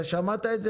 שמעת את זה?